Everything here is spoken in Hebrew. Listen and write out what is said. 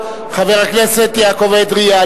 חבר הכנסת אדרי,